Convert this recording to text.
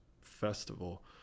festival